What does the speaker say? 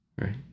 Right